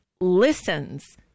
listens